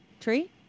tree